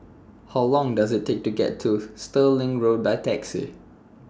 How Long Does IT Take to get to Stirling Road By Taxi